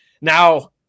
Now